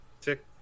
tick